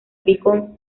beacon